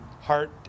heart